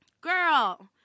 Girl